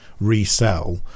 resell